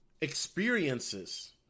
experiences